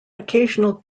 occasional